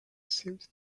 seemed